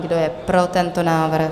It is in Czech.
Kdo je pro tento návrh?